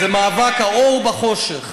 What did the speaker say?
זה מאבק האור בחושך.